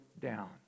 down